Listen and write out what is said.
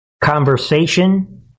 conversation